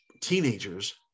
teenagers